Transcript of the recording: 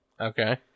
Okay